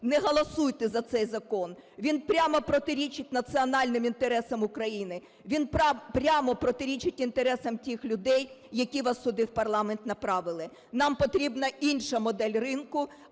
не голосуйте за цей закон. Він прямо протирічить національним інтересам України, він прямо протирічить інтересам тих людей, які вас сюди, в парламент, направили. Нам потрібна інша модель ринку,